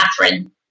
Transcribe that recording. Catherine